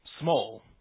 small